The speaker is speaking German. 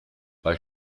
bei